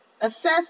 assess